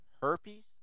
Herpes